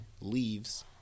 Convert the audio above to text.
leaves